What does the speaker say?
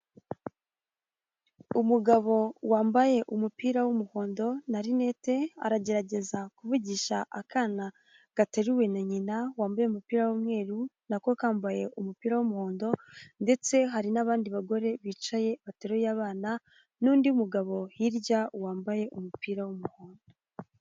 Umugabo wambaye umupira w'umuhondo na linete, aragerageza kuvugisha akana gateruwe na nyina wambaye umupira w'umweru na ko kambaye umupira w'umuhondo ndetse hari n'abandi bagore bicaye bateruye abana n'undi mugabo hirya wambaye umupira w'umuhondo.